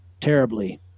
terribly